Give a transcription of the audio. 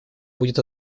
будет